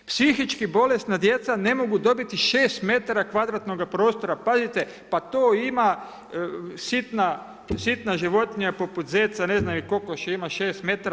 Psihički bolesna djeca ne mogu dobiti 6 metara kvadratnoga prostora pazite, pa to ima sitna životinjina poput zeca, ne znam kokoš ima 6 metara.